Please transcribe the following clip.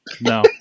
No